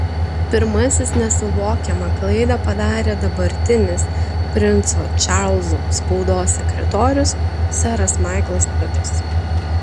pirmasis nesuvokiamą klaidą padarė dabartinis princo čarlzo spaudos sekretorius seras maiklas pitas